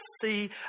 see